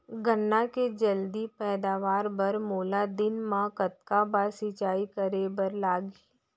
गन्ना के जलदी पैदावार बर, मोला दिन मा कतका बार सिंचाई करे बर लागही?